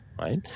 right